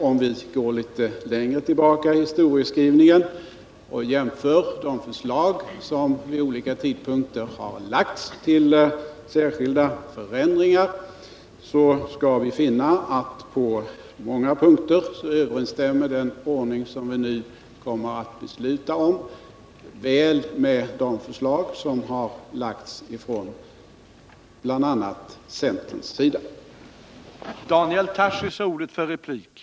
Om vi går litet längre tillbaka i historieskrivningen och jämför de förslag till särskilda förändringar som vid olika tidpunkter lagts fram, så skall vi finna att den ordning som vi nu kommer att fatta beslut om på många punkter väl överensstämmer med de förslag som framförts bl.a. från centerns sida.